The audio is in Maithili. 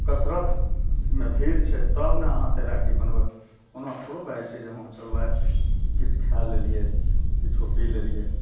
तऽ कसरतमे भीड़ छै तब ने अहाँ तैराकी बनबै ओना थोड़ो भऽ जाइ छै हँ चलू चल भाइ किछु खाए लेलिए किछु पी लेलिए